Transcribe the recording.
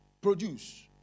produce